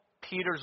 Peter's